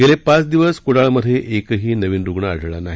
गेले पाच दिवस कुडाळमध्ये एकही नवीन रुग्ण आढळला नाही